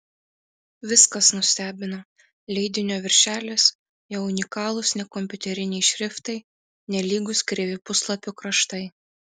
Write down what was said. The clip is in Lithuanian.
viskas nustebino leidinio viršelis jo unikalūs nekompiuteriniai šriftai nelygūs kreivi puslapių kraštai